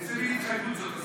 איזה מין התנהגות הזו?